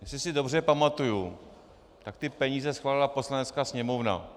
Jestli si dobře pamatuji, tak ty peníze schválila Poslanecká sněmovna.